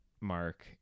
mark